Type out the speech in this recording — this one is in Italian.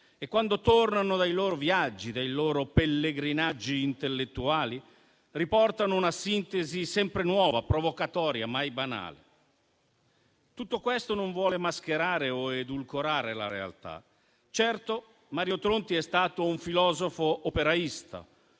e quando tornano dai loro viaggi, dai loro pellegrinaggi intellettuali, riportano una sintesi sempre nuova, provocatoria, mai banale. Tutto questo non vuole mascherare o edulcorare la realtà. Certo, Mario Tronti è stato un filosofo operaista,